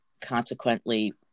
consequently